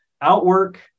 outwork